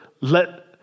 let